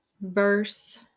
verse